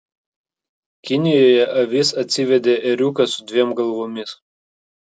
kinijoje avis atsivedė ėriuką su dviem galvomis